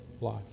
life